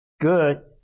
good